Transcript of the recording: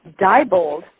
Diebold